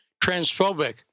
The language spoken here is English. transphobic